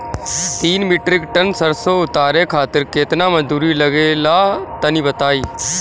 तीन metric ton सरसो उतारे खातिर केतना मजदूरी लगे ला तनि बताई?